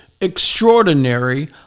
extraordinary